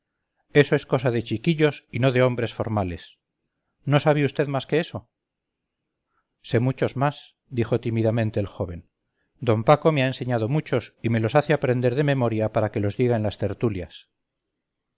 es cosa de chiquillos y no de hombres formales no sabe vd más que eso sé muchos más dijo tímidamente el joven d paco me ha enseñado muchos y me los hace aprender de memoria para que los diga en las tertulias